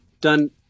done